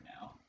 now